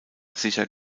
sicher